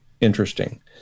interesting